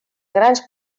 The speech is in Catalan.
grans